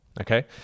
okay